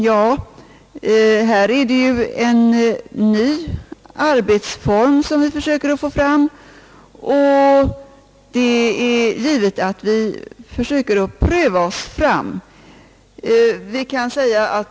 Vi försöker ju nu skapa en ny arbetsform, och det är givet att vi måste pröva oss fram.